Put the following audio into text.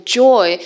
joy